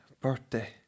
birthday